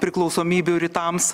priklausomybių rytams